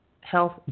health